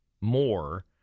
more